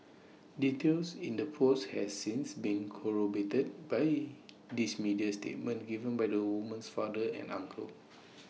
details in the post has since been corroborated by these media statements given by the woman's father and uncle